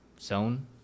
zone